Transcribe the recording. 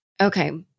Okay